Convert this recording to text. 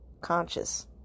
conscious